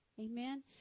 Amen